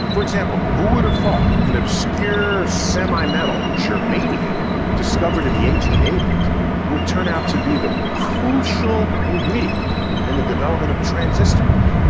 for example, who would have thought an obscure semi-metal, germanium discovered in the eighteen eighty s would turn out to be the crucial ingredient in the development of transistors?